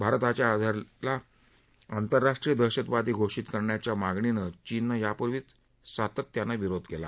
भारताच्या अजहरला आंतरराष्ट्रीय दहशतवादी घोषित करण्याच्या मागणीला चीननं यापूर्वीच सातत्यानं विरोध केला